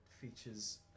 features